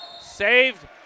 saved